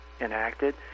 enacted